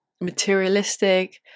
materialistic